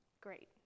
Great